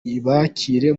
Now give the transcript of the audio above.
ibakire